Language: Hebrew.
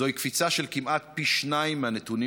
זוהי קפיצה של כמעט פי שניים מהנתונים